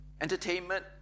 entertainment